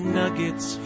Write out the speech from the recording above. nuggets